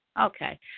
Okay